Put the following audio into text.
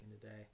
today